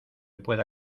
pueda